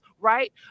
right